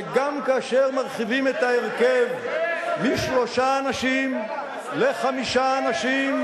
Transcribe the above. שגם כאשר מרחיבים את ההרכב משלושה אנשים לחמישה אנשים,